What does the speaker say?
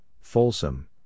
Folsom